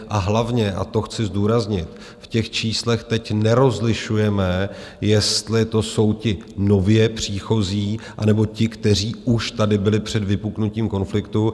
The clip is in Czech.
A hlavně, a to chci zdůraznit, v těch číslech teď nerozlišujeme, jestli to jsou ti nově příchozí, anebo ti, kteří už tady byli před vypuknutím konfliktu.